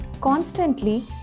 constantly